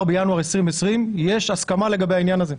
בינואר 2020. יש הסכמה לגבי העניין הזה,